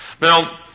Now